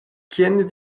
kien